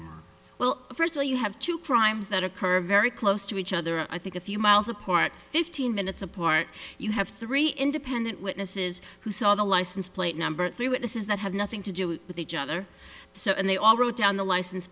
following well first of all you have two primes that occur very close to each other i think a few miles apart fifteen minutes apart you have three independent witnesses who saw the license plate number three witnesses that have nothing to do with a judge or so and they all wrote down the license